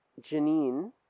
Janine